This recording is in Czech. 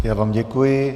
Já vám děkuji.